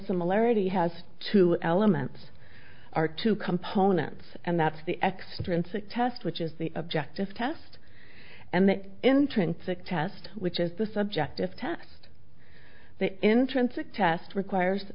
similarity has two elements are two components and that's the extrinsic test which is the objective test and the intrinsic test which is the subjective test the intrinsic test